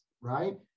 right